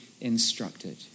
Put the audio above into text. instructed